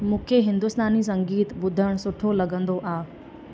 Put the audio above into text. मूंखे हिंदुस्तानी संगीत ॿुधणु सुठो लॻंदो आहे